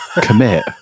Commit